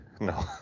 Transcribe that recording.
No